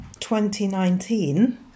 2019